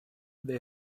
they